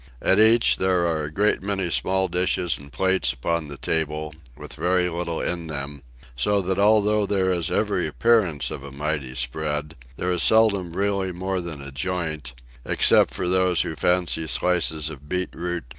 at each, there are a great many small dishes and plates upon the table, with very little in them so that although there is every appearance of a mighty spread, there is seldom really more than a joint except for those who fancy slices of beet-root,